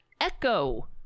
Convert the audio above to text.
echo